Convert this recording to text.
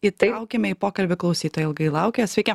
įtraukime į pokalbį klausytoją ilgai laukė sveiki